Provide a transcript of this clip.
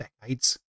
decades